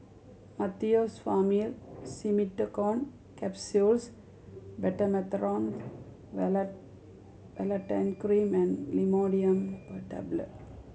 Meteospasmyl Simeticone Capsules Betamethasone Cream and Imodium Tablet